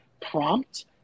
prompt